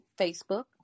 Facebook